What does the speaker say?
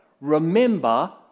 Remember